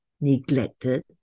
neglected